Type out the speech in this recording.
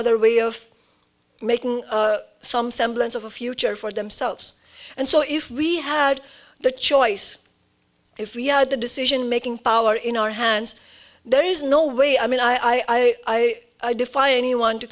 other way of making some semblance of a future for themselves and so if we had the choice if we had the decision making power in our hands there is no way i mean i defy anyone to